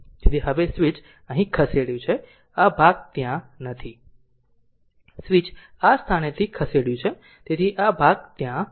તેથી હવે સ્વિચ અહીં ખસેડ્યું છે આ ભાગ ત્યાં નથી સ્વીચ આ સ્થાનેથી ખસેડ્યું છે તેથી આ ભાગ ત્યાં નથી